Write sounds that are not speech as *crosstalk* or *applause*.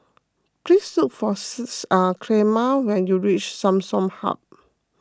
please look for *unintelligible* Clemma when you reach Samsung Hub